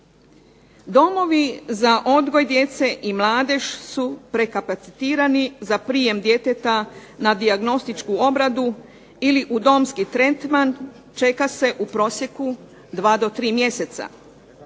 Domovi za odgoj djece i mladež su prekapacitirani za prijem djeteta na dijagnostičku obradu ili u domski tretman čeka se u prosjeku dva do tri mjeseca.